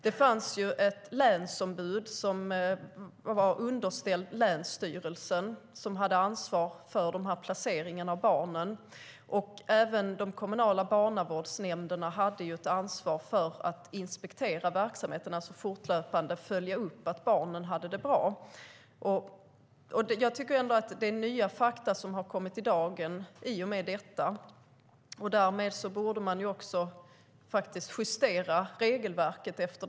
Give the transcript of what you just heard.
Det fanns ett länsombud som var underställt länsstyrelsen och hade ansvar för placeringarna av barnen. De kommunala barnavårdsnämnderna hade ansvar för att inspektera verksamheten och fortlöpande följa upp att barnen hade det bra. Jag tycker ändå att det är nya fakta som har kommit i dagen och att man därmed borde justera regelverket.